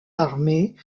armée